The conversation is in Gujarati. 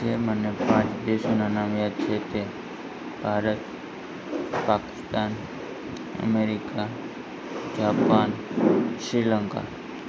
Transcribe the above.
જે મને પાંચ દેશોના નામ યાદ છે તે ભારત પાકિસ્તાન અમેરિકા જાપાન શ્રી લંકા